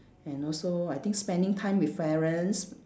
and also I think spending time with parents